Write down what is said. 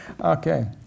Okay